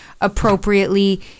appropriately